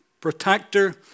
protector